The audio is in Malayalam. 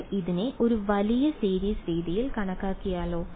നമ്മൾ ഇതിനെ ഒരു വലിയ സീരീസ് രീതിയിൽ കണക്കാക്കിയാലോ